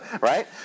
right